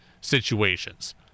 situations